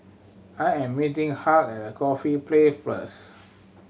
I am meeting Hugh at Corfe Place first